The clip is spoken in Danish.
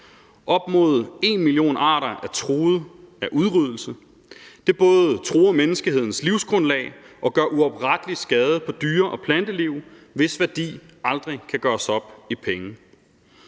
Op mod en million arter er truede af udryddelse. Det både truer menneskehedens livsgrundlag og gør uoprettelig skade på dyre- og planteliv, hvis værdi aldrig kan gøres op i penge.